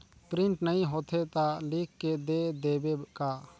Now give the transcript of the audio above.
Print नइ होथे ता लिख के दे देबे का?